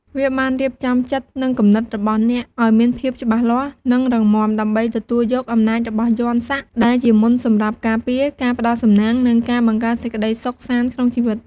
វាបានរៀបចំចិត្ត និងគំនិតរបស់អ្នកឲ្យមានភាពច្បាស់លាស់ និងរឹងមាំ ដើម្បីទទួលយក អំណាចរបស់យន្តសាក់ ដែលជាមន្តសម្រាប់ការពារ ការផ្ដល់សំណាង និងការបង្កើតសេចក្ដីសុខសាន្តក្នុងជីវិត។